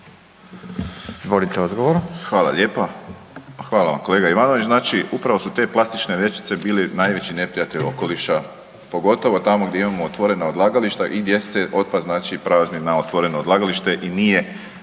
Izvolite odgovor. **Borić, Josip (HDZ)** Hvala vam kolega Ivanović, znači upravo su te plastične vrećice bili najveći neprijatelj okoliša, pogotovo tamo gdje imamo otvorena odlagališta i gdje se otpad znači prazni na otvoreno odlagalište i nije